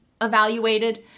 evaluated